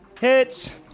Hits